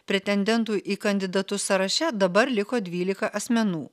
pretendentų į kandidatus sąraše dabar liko dvylika asmenų